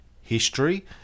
history